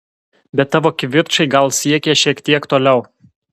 bet tavo kivirčai gal siekė šiek tiek toliau